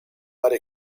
might